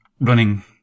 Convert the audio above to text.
running